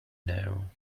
know